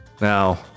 Now